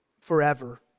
forever